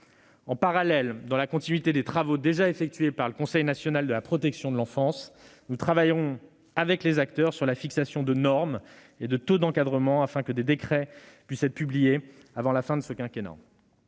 En parallèle, dans la continuité des travaux déjà effectués par le Conseil national de la protection de l'enfance, nous travaillons avec les acteurs sur la fixation de normes et de taux d'encadrement afin que les décrets puissent être publiés avant la fin du quinquennat.